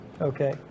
Okay